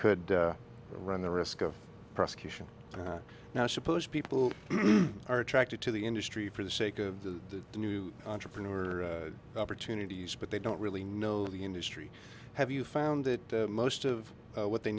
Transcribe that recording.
could run the risk of prosecution now suppose people are attracted to the industry for the sake of the new entrepreneur opportunities but they don't really know the industry have you found that most of what they